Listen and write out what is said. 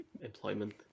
employment